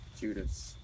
Judas